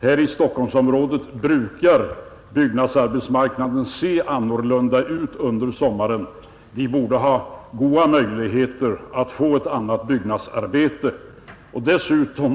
Här i Stockholmsområdet brukar byggnadsarbetsmarknaden se annorlunda ut under sommaren. De borde ha goda möjligheter att få ett annat byggnadsarbete.